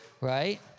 right